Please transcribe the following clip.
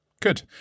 Good